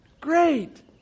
Great